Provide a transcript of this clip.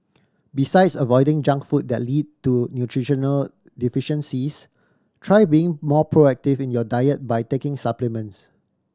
besides avoiding junk food that lead to nutritional deficiencies try being more proactive in your diet by taking supplements